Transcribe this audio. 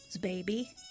baby